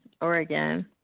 Oregon